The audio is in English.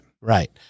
Right